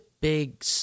big –